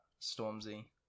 stormzy